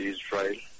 Israel